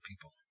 people